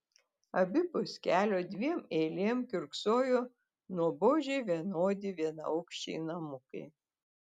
abipus kelio dviem eilėm kiurksojo nuobodžiai vienodi vienaaukščiai namukai